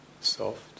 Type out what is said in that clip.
soft